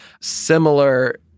similar